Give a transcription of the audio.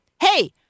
hey